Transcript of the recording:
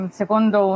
secondo